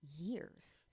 years